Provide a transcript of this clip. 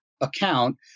account